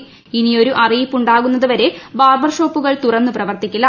് ഇനിയൊരു അറിയിപ്പ് ഉണ്ടാകുന്നതുവരെ ബാർബർഷോപ്പുകൾ തുറന്ന് പ്രവർത്തിക്കില്ല